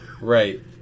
right